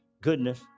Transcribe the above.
goodness